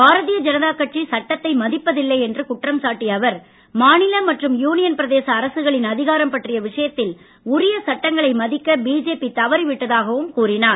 பாரதீய ஜனதா கட்சி சட்டத்தை மதிப்பதில்லை என்று குற்றம் சாட்டிய அவர் மாநில மற்றும் யூனியன் பிரதேச அரசுகளின் அதிகாரம் பற்றிய விஷயத்தில் உரிய சட்டங்களை மதிக்க பிஜேபி தவறிவிட்டதாகவும் கூறினார்